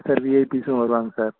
sir விஐபிஸும் வருவாங்க sir